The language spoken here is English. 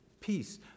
Peace